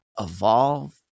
evolve